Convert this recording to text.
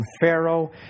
Pharaoh